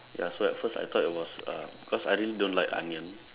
ya so at first I thought it was uh because I really don't like onion